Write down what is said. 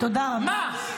מה?